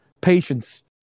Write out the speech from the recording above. patience